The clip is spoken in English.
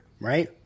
right